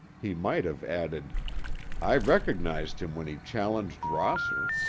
he might have added i recognized him when he challenged rosser.